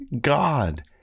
God